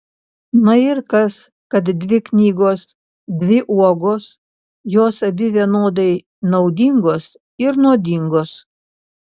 na ir kas kad dvi knygos dvi uogos jos abi vienodai naudingos ar nuodingos